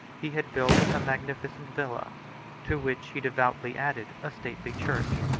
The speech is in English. he had built a magnificent villa to which he devoutly added a stately church,